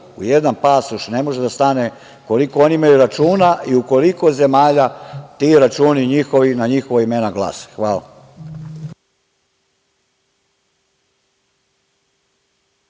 u jedan pasoš ne može da stane koliko oni imaju računa i u koliko zemalja ti računi njihovi i na njihova imena glase. Hvala.